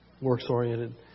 works-oriented